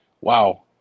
Wow